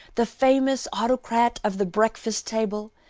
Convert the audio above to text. the famous autocrat of the breakfast table,